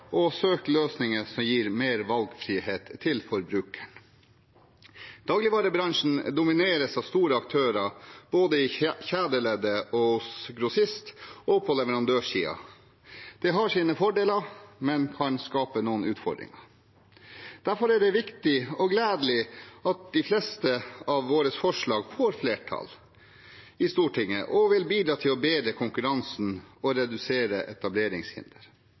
og søkt løsninger som gir mer valgfrihet for forbrukeren. Dagligvarebransjen domineres av store aktører både i kjedeleddet, hos grossist og på leverandørsiden. Det har sine fordeler, men kan skape noen utfordringer. Derfor er det viktig og gledelig at de fleste av våre forslag får flertall i Stortinget og vil bidra til å bedre konkurransen og redusere